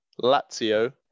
lazio